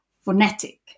phonetic